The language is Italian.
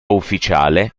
ufficiale